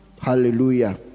Hallelujah